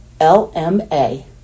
LMA